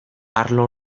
arlo